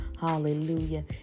Hallelujah